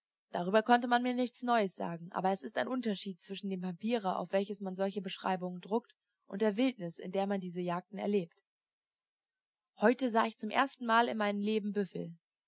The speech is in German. darüber konnte man mir nichts neues sagen aber es ist ein unterschied zwischen dem papiere auf welches man solche beschreibungen druckt und der wildnis in der man diese jagden erlebt heute sah ich zum erstenmal in meinem leben